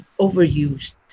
overused